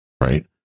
right